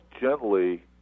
gently